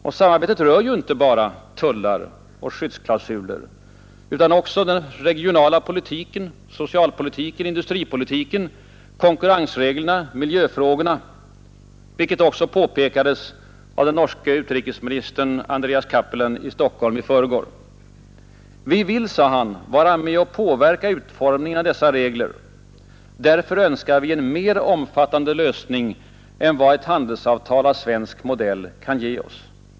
Och samarbetet rör ju inte bara tullar och skyddsklausuler utan också den regionala politiken, socialpolitiken, industripolitiken, konkurrensreglerna och miljöfrågorna, vilket också påpekades av den norske utrikesministern Andreas Cappelen i Stockholm i förrgår. Vi vill, sade han, vara med och påverka utformningen av dessa regler — därför önskar vi en mer omfattande lösning än vad ett handelsavtal av svensk modell kan ge oss.